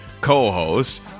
co-host